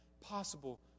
possible